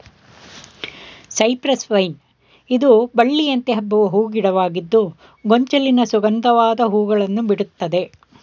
cypress vine ಇದು ಬಳ್ಳಿಯಂತೆ ಹಬ್ಬುವ ಹೂ ಗಿಡವಾಗಿದ್ದು ಗೊಂಚಲಿನ ಸುಗಂಧವಾದ ಹೂಗಳನ್ನು ಬಿಡುತ್ತದೆ